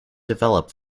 develop